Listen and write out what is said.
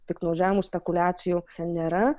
piktnaudžiavimų spekuliacijų nėra